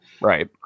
Right